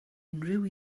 unrhyw